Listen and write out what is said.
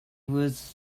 was